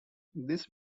this